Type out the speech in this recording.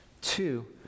two